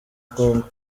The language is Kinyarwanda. congo